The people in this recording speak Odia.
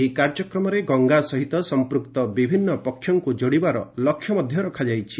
ଏହି କାର୍ଯ୍ୟକ୍ରମରେ ଗଙ୍ଗା ସହିତ ସମ୍ପୃକ୍ତ ବିଭିନ୍ନ ପକ୍ଷଙ୍କୁ ଯୋଡ଼ିବାର ଲକ୍ଷ୍ୟ ରଖାଯାଇଛି